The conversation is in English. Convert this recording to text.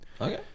Okay